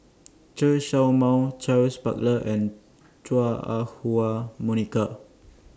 Chen Show Mao Charles Paglar and Chua Ah Huwa Monica